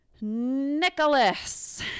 nicholas